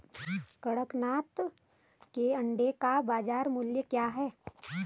कड़कनाथ के अंडे का बाज़ार मूल्य क्या है?